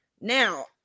Now